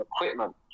equipment